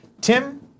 Tim